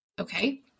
okay